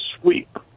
sweep